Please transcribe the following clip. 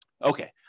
Okay